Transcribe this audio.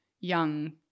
young